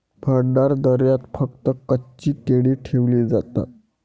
भंडारदऱ्यात फक्त कच्ची केळी ठेवली जातात